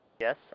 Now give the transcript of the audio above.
Yes